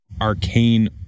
arcane